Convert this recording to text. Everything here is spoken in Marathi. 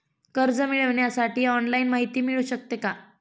कर्ज मिळविण्यासाठी ऑनलाईन माहिती मिळू शकते का?